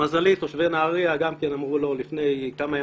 למזלו תושבי נהריה אמרו לו לפני כמה ימים,